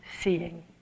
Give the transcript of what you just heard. seeing